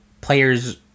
Players